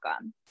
on